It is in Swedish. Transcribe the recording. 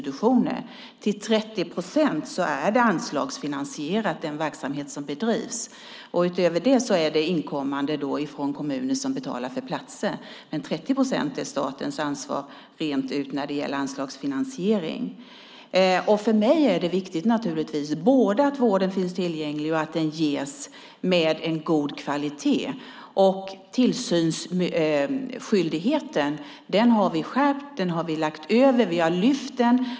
Den verksamhet som bedrivs är anslagsfinansierad till 30 procent. Utöver det kommer det pengar från kommuner som betalar för platser. Men 30 procent är statens ansvar när det gäller anslagsfinansiering. För mig är det naturligtvis viktigt att vården är tillgänglig och att den ges med god kvalitet. Vi har skärpt tillsynsskyldigheten. Vi har lagt över den och lyft fram den.